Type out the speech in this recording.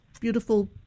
beautiful